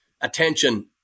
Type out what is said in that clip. attention